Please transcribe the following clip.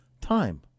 time